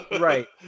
right